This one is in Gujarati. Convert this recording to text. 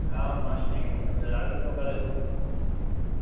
હા મળી જાય ને તમે ત્યારે આવો કાલે શોપ પર